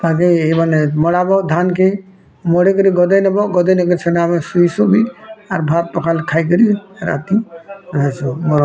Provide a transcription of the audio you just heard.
ଆଗେ ଏମାନେ ବାଡ଼ା ହବ ଧାନ୍କେ ମୋଡ଼ିକି ଗଦେଇ ଦବ ଗଦେଇ ନେଇ କି ସେନେ ଆମେ ଶୁଇ ସୁଭି ଆର୍ ଭାତ ପଖାଲ୍ ଖାଇକିରି ରାତି ରହିସୁଁନ୍